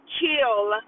kill